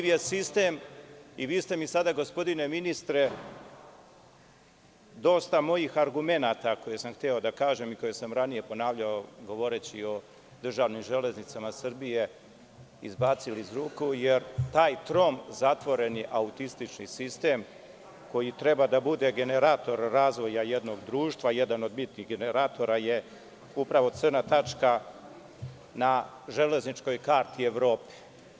Vi ste mi sada, gospodine ministre, dosta mojih argumenata koje sam hteo da kažem i koje sam ranije ponavljao govoreći o državnim Železnicama Srbije, izbacili iz ruku, jer taj trom zatvoren je autistični sistem koji treba da bude generator razvoja jednog društva, jedan od bitnih generatora je upravo crna tačka na železničkoj karti Evrope.